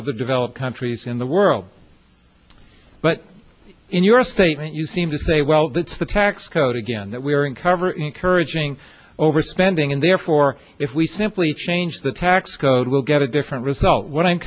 of the developed countries in world but in your statement you seem to say well that's the tax code again that we're in cover encouraging over spending and therefore if we simply change the tax code we'll get a different result what i'm